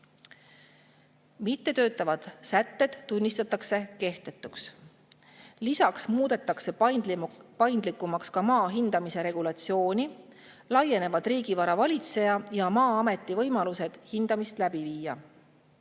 Mittetöötavad sätted tunnistatakse kehtetuks. Lisaks muudetakse paindlikumaks maa hindamise regulatsiooni ning laienevad riigivara valitseja ja Maa-ameti võimalused hindamist läbi viia.